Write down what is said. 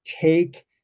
take